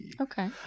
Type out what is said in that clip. Okay